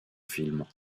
films